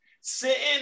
sitting